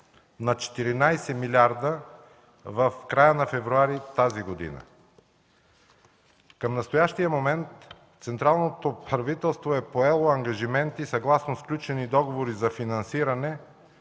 на 14 милиарда в края на февруари тази година. Към настоящия момент Централното правителство е поело ангажименти съгласно сключени договори за финансиране